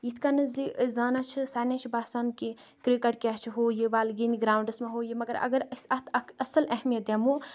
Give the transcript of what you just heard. یِتھ کَنَن زِ أسۍ زانان چھِ سارنٕے چھُ باسان کہِ کِرکَٹ کیاہ چھِ ہوٗ یہِ وَلہٕ گِندِ گراونڈس منٛز ہوٗ یہِ مَگر اگر أسۍ اَتھ اَکھ اصل اہمیت دِمو